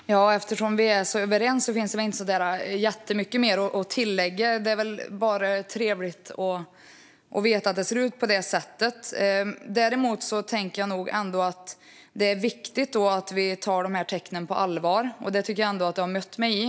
Fru ålderspresident! Eftersom vi är så överens finns det väl inte så jättemycket mer att tillägga, utan det är väl bara trevligt att veta att det ser ut på det sättet. Däremot tänker jag att det nog ändå är viktigt att vi tar de här tecknen på allvar, och det tycker jag att statsrådet har mött mig i.